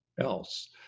else